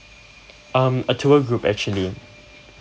um a tour group actually